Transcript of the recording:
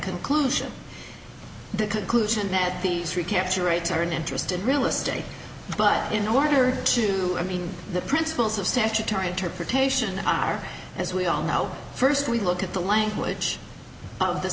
conclusion the conclusion that the three capture rights are an interest in real estate but in order to meet the principles of statutory interpretation are as we all know first we look at the language of the